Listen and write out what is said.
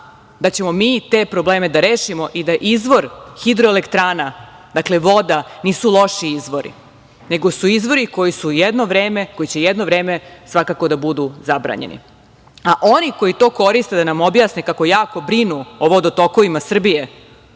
da ćemo mi te probleme da rešimo i da izvor hidroelektrana, dakle voda, nisu loši izvori, nego su izvori koji će jedno vreme svakako da budu zabranjeni, a oni koji to koriste da nam objasne kako jako brinu o vodotokovima Srbije,